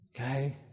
Okay